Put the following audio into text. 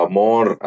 more